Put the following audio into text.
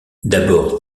d’abord